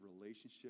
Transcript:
relationship